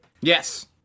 Yes